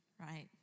right